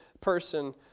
person